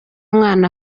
umwana